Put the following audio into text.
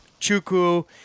Chuku